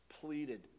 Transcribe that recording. pleaded